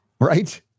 Right